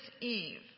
Eve